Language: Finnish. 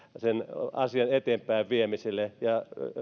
sen asian eteenpäinviemiselle ja